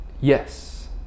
Yes